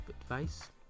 advice